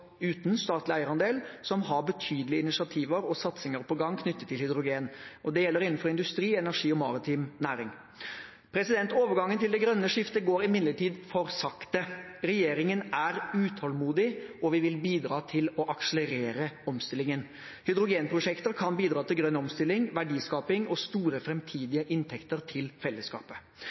uten statlig eierandel, som har betydelige initiativer og satsinger på gang knyttet til hydrogen. Det gjelder innenfor industri, energi og maritim næring. Overgangen til det grønne skiftet går imidlertid for sakte. Regjeringen er utålmodig, og vi vil bidra til å akselerere omstillingen. Hydrogenprosjekter kan bidra til grønn omstilling, verdiskaping og store framtidige inntekter til fellesskapet.